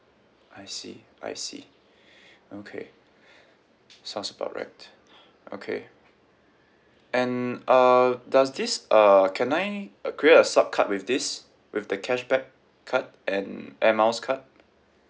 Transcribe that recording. I see I see okay sounds about right okay and uh does this uh can I uh create a sup card with this with the cashback card and air miles card